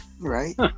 Right